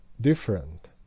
different